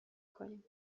کنیم